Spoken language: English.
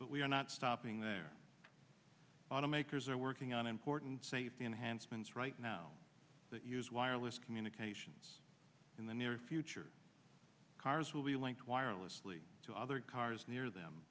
but we are not stopping there automakers are working on important safety enhanced since right now that use wireless communications in the near future cars will be linked wirelessly to other cars near them